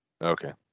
Okay